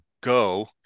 go